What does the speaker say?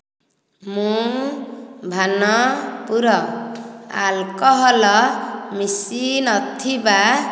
ମୁଁ ଭାନ pure alcohol ମିଶିନଥିବା